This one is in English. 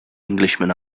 englishman